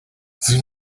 sie